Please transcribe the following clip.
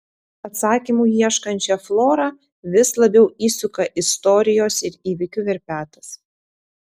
atsakymų ieškančią florą vis labiau įsuka istorijos ir įvykių verpetas